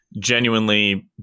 genuinely